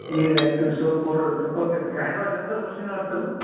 wheel active soap powder okay sir hand wash ಏನು sir machine wash ಸರ